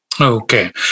Okay